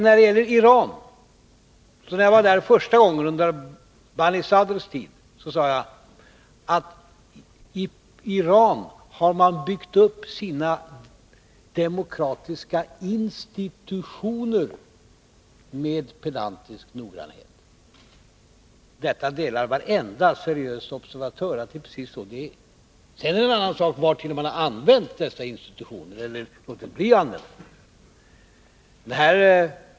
När det gäller Iran sade jag, när jag var där första gången, under Banisadrs tid, att man i Iran har byggt upp sina demokratiska institutioner med pedantisk noggrannhet. Varenda seriös observatör delar uppfattningen att det är precis så det är. Sedan är det en annan sak vartill man har använt dessa institutioner eller låtit bli att använda dem.